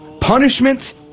punishment